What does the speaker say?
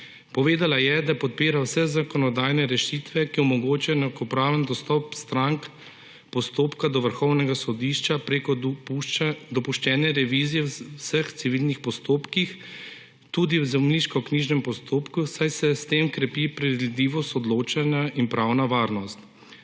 Povedala je, da podpira vse zakonodajne rešitve, ki omogočajo enakopraven dostop strank postopka do Vrhovnega sodišča prek dopuščene revizije v vseh civilnih postopkih, tudi v zemljiškoknjižnem postopku, saj se s tem krepita predvidljivost odločanja in pravna varnost.